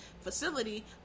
facility